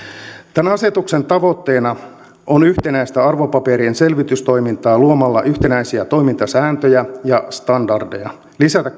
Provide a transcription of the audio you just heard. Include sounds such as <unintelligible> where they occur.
tämän asetuksen tavoitteena on yhtenäistää arvopaperien selvitystoimintaa luomalla yhtenäisiä toimintasääntöjä ja standardeja lisätä <unintelligible>